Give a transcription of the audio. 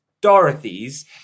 Dorothy's